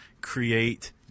create